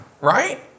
right